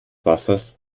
wassers